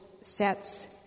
sets